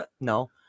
No